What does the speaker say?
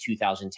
2010